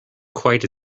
quite